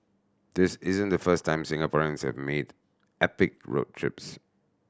this isn't the first time Singaporeans have made epic road trips